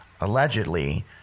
allegedly